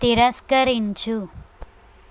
తిరస్కరించు